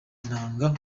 intanga